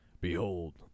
Behold